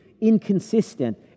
inconsistent